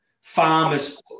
farmers